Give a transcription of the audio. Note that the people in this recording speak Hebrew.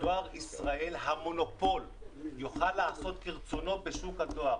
דואר ישראל המונופול יוכל לעשות כרצונו בשוק הדואר.